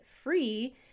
free